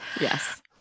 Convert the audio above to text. Yes